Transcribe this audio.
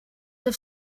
have